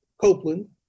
Copeland